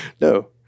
No